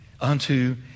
unto